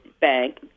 bank